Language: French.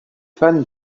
fan